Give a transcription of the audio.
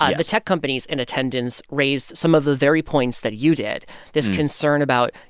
ah the tech companies in attendance raised some of the very points that you did this concern about,